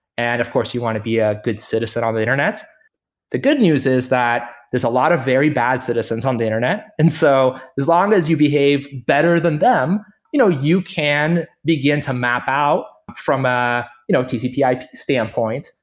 and of course, you want to be a good citizen on the internet the good news is that there's a lot of very bad citizens on the internet. and so as long as you behave better than them, you know you can begin to map out from a you know tcp ip standpoint,